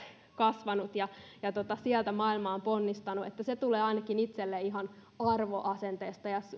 kasvanut ja ja sieltä maailmaan ponnistanut että se tulee ainakin itselleni ihan arvoasenteesta